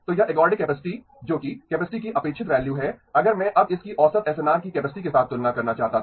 तो यह ergodic capacity जो कि कैपेसिटी की अपेक्षित वैल्यू है अगर मैं अब इसकी औसत एसएनआर की कैपेसिटी के साथ तुलना करना चाहता था